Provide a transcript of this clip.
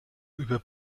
über